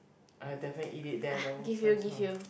I definitely eat it there though so is not